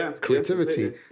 creativity